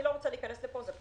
אני לא רוצה להיכנס לזה.